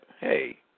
hey